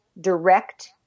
Direct